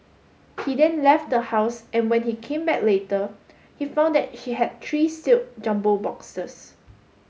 he then left the house and when he came back later he found that she had tree sealed jumbo boxes